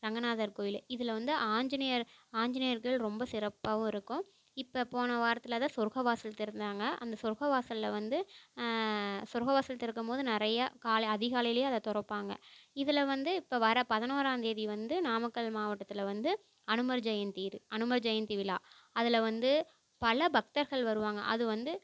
ரங்கநாதர் கோயில் இதில் வந்து ஆஞ்சிநேயர் ஆஞ்சிநேயர்கள் ரொம்ப சிறப்பாகவும் இருக்கும் இப்போ போன வாரத்தில் தான் சொர்க வாசல் திறந்தாங்க அந்த சொர்க வாசலில் வந்து சொர்க வாசல் திறக்கும் போது நிறைய காலை அதிகாலையிலேயே அதை திறப்பாங்க இதில் வந்து இப்போ வர பதினோறாந்தேதி வந்து நாமக்கல் மாவட்டத்தில் வந்து அனுமர் ஜெயந்தி அனுமர் ஜெயந்தி விழா அதில் வந்து பல பக்தர்கள் வருவாங்க அது வந்து